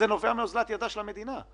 זה נובע מאוזלת ידה של המדינה.